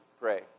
pray